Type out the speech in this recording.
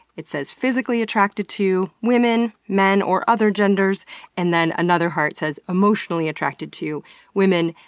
it says, physically attracted to women, men, or other genders and then another heart says, emotionally attracted to women,